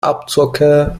abzocke